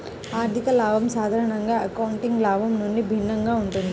ఆర్థిక లాభం సాధారణంగా అకౌంటింగ్ లాభం నుండి భిన్నంగా ఉంటుంది